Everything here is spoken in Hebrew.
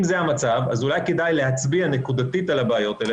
אז אולי להצביע נקודתית על הבעיות האלה,